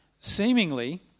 Seemingly